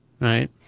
right